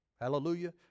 Hallelujah